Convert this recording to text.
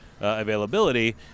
availability